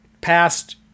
past